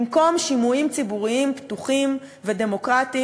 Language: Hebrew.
במקום שימועים ציבוריים פתוחים ודמוקרטיים